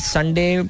Sunday